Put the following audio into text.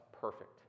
perfect